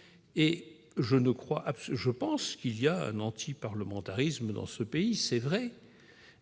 ? Certes, il existe un antiparlementarisme dans notre pays,